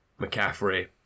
McCaffrey